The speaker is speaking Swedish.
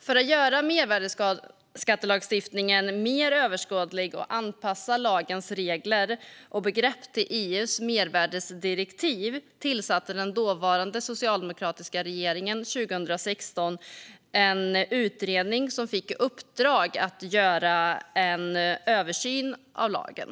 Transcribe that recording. För att göra mervärdesskattelagstiftningen mer överskådlig och anpassa lagens regler och begrepp till EU:s mervärdesskattedirektiv tillsatte den dåvarande socialdemokratiska regeringen 2016 en utredning som fick i uppdrag att göra en översyn av lagen.